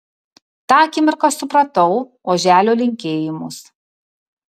tą akimirką supratau oželio linkėjimus